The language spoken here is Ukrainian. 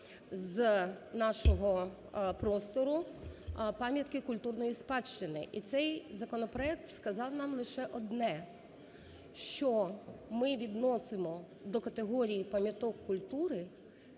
з нашого простору пам'ятки культурної спадщини. І цей законопроект сказав нам лише одне, що ми відносимо до категорій пам'яток культури